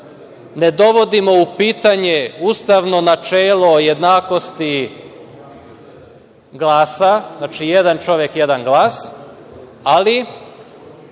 ne dovodimo u pitanje ustavno načelo jednakosti glasa, znači, jedan čovek, jedan glas, ali